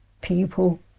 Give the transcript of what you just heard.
people